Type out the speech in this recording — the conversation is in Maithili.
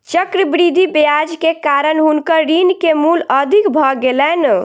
चक्रवृद्धि ब्याज के कारण हुनकर ऋण के मूल अधिक भ गेलैन